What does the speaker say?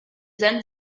jason